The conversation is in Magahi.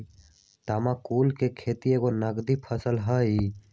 तमाकुल कें खेति एगो नगदी फसल हइ